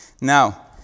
Now